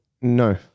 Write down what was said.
no